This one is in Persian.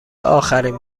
آخرین